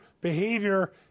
behavior